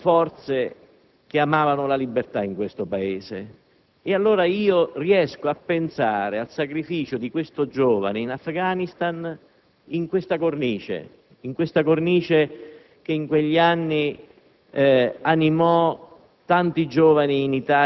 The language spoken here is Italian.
non come invasori, ma unendosi alle forze che amavano la libertà in questo Paese. Allora riesco a pensare al sacrificio di questo giovane in Afghanistan in questa cornice che in quegli anni